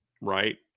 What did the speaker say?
Right